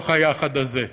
מתוך היחד הזה.